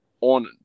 on